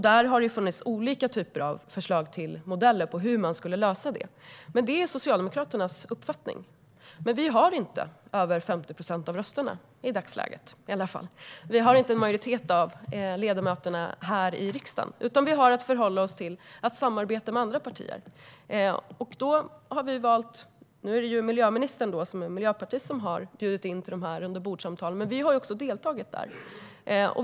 Det har funnits olika typer av förslag till modeller på hur dessa frågor ska lösas. Det här är Socialdemokraternas uppfattning. Men Socialdemokraterna har inte över 50 procent av rösterna i dagsläget, det vill säga vi har inte en majoritet av ledamöterna i riksdagen, utan vi har att förhålla oss till att samarbeta med andra partier. Miljöministern - en miljöpartist - har bjudit in till rundabordssamtalen, men vi socialdemokrater har deltagit där.